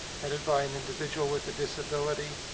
headed by an individual with a disability